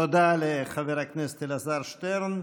תודה לחבר הכנסת אלעזר שטרן.